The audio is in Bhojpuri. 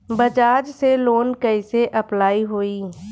बजाज से लोन कईसे अप्लाई होई?